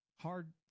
hard